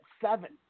seven